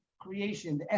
creation